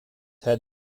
had